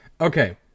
okay